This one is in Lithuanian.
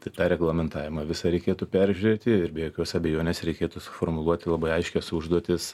tai tą reglamentavimą visą reikėtų peržiūrėti ir be jokios abejonės reikėtų suformuluoti labai aiškias užduotis